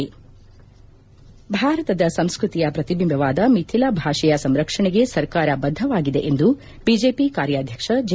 ಸ್ರಾಂಪ್ ಭಾರತದ ಸಂಸ್ಕೃತಿಯ ಪ್ರತಿಬಿಂಬವಾದ ಮಿಥಿಲಾ ಭಾಷೆಯ ಸಂರಕ್ಷಣೆಗೆ ಸರ್ಕಾರ ಬದ್ಧವಾಗಿದೆ ಎಂದು ಬಿಜೆಪಿ ಕಾರ್ಯಾಧ್ಯಕ್ಷ ಜೆ